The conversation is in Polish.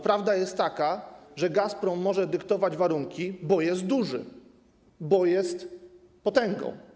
Prawda jest taka, że Gazprom może dyktować warunki, bo jest duży, bo jest potęgą.